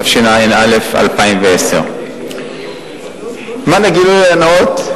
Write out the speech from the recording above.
התשע"א 2010. למען הגילוי הנאות,